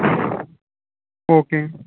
ஓகேங்க